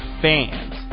fans